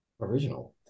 Original